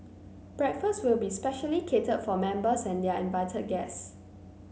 breakfast will be specially catered for members and their invited guests